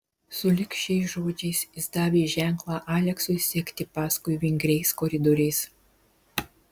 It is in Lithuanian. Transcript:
sulig šiais žodžiais jis davė ženklą aleksui sekti paskui vingriais koridoriais